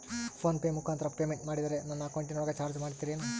Phone pay ಮುಖಾಂತರ payment ಮಾಡಿದರೆ ನನ್ನ ಅಕೌಂಟಿನೊಳಗ ಚಾರ್ಜ್ ಮಾಡ್ತಿರೇನು?